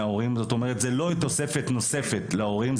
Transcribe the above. ההורים ושזאת לא תוספת נוספת על ההורים.